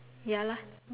ya lah